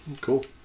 Cool